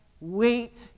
wait